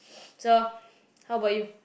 so how about you